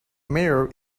mirror